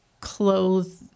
clothes